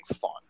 fun